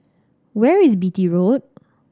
where is Beatty Road